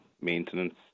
maintenance